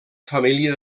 família